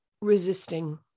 resisting